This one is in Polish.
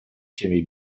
ciemię